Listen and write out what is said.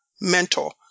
mentor